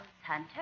Hunter